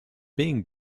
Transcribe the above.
being